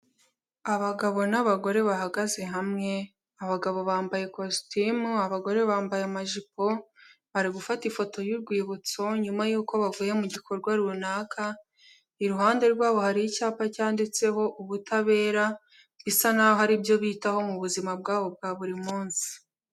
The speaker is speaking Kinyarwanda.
Abagabo n'abagore bahagaze hamwe, abagabo bambaye kositimu, abagore bambaye amajipo bari gufata ifoto y'urwibutso nyuma yuko bavuye mu gikorwa runaka, iruhande rwabo hari icyapa cyanditseho ubutabera bisa n'aho ari ibyo bitaho mu buzima bwabo bwa buri munsi.